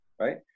right